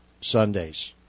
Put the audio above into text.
Sundays